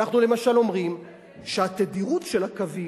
אנחנו למשל אומרים שהתדירות של הקווים,